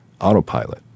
autopilot